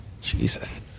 Jesus